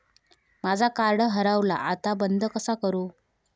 माझा कार्ड हरवला आता बंद कसा करू?